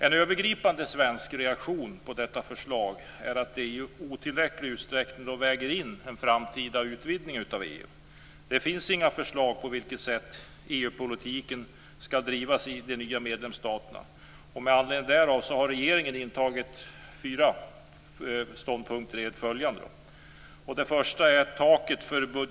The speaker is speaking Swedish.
En övergripande svensk reaktion på detta förslag är att det i otillräcklig utsträckning väger in en framtida utvidgning av EU. Det finns inga förslag på hur EU-politiken skall drivas i de nya medlemsstaterna. Med anledning därav har regeringen intagit fyra ståndpunkter. 2.